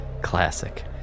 classic